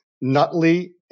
Nutley